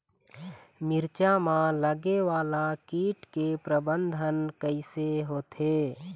मिरचा मा लगे वाला कीट के प्रबंधन कइसे होथे?